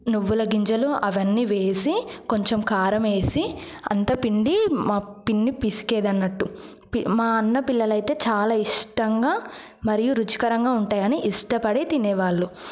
నువ్వుల గింజలు అవన్నీ వేసి కొంచెం కారం వేసి అంతా పిండి మా పిండి పిసికేది అన్నట్టు మా అన్న పిల్లలైతే చాలా ఇష్టంగా మరియు రుచికరంగా ఉంటాయని ఇష్టపడి తినేవాళ్లు